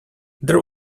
there